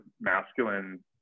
masculine